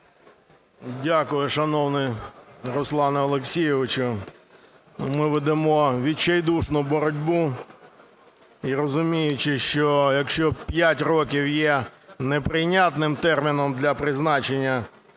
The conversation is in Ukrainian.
Дякую, шановний Руслане Олексійовичу. Ми ведемо відчайдушну боротьбу. І розуміючи, що якщо 5 років є неприйнятним терміном для призначення